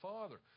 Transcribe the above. Father